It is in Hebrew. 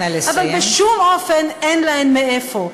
אבל בשום אופן אין להם מאיפה.